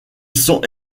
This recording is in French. sont